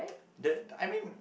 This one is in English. that I mean